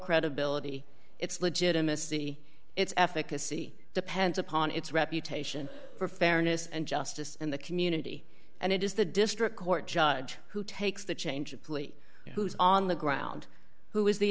credibility its legitimacy its efficacy depends upon its reputation for fairness and justice in the community and it is the district court judge who takes the change of plea who's on the ground who is the